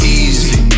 easy